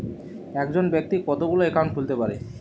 একজন ব্যাক্তি কতগুলো অ্যাকাউন্ট খুলতে পারে?